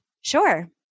Sure